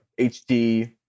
HD